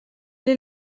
est